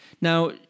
Now